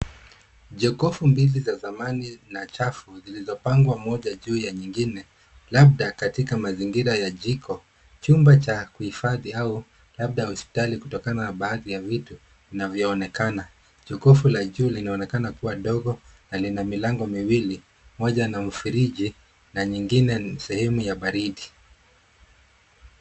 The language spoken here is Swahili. Jokofu mbili za dhamani na chafu, zilizopangwa moja juu ya nyingine labda katika mazingira ya jiko, chumba cha kuhifadhi au labda hospitali kutokana na baadhi ya vitu inavyoonekana. Jokofu la juu linaonekana kuwa ndogo na lina milango miwili, moja na mfiriji na nyingine sehemu ya baridi.